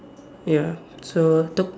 ya so t~